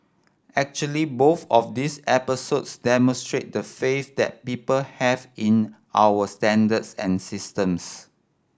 actually both of these episodes demonstrate the faith that people have in our standards and systems